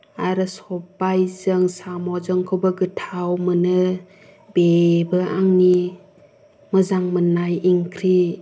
आरो सबायजों साम'जोंखौबो गोथाव मोनो बेबो आंनि मोजां मोननाय ओंख्रि